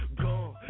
Gone